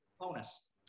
bonus